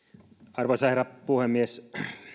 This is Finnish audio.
arvoisa herra puhemies